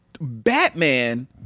Batman